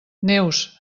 neus